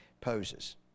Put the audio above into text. poses